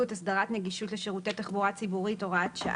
יש שם תחבורה ציבורית באמת מאוד עמוסה.